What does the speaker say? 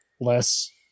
less